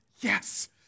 Yes